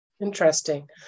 Interesting